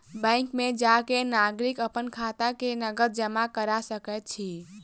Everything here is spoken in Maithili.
बैंक में जा के नागरिक अपन खाता में नकद जमा करा सकैत अछि